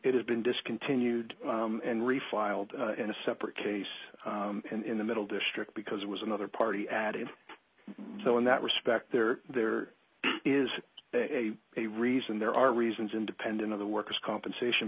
it had been discontinued and refiled in a separate case in the middle district because it was another party added so in that respect there there is a a reason there are reasons independent of the workers compensation